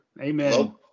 amen